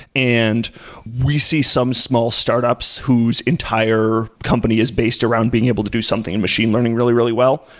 and we see some small startups whose entire company is based around being able to do something in machine learning really, really well.